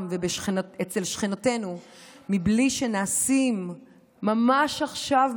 ואצל שכנותינו בלי שנעשים ממש עכשיו,